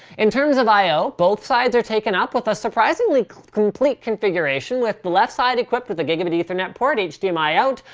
in terms of io, both sides are taken up with a surprisingly complete configuration with the left side equipped with a gigabit ethernet port, hdmi out,